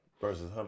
versus